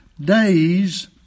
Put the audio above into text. days